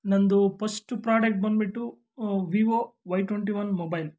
ನನ್ನದು first product ಬಂದುಬಿಟ್ಟು Vivo Y twenty one mobile